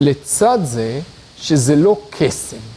לצד זה, שזה לא קסם.